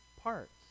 parts